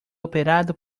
operado